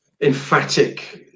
emphatic